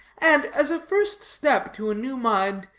and, as a first step to a new mind,